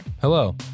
Hello